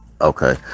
okay